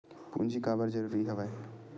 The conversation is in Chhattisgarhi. पूंजी काबर जरूरी हवय?